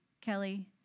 Kelly